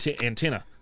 antenna